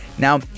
Now